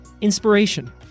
inspiration